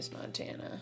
Montana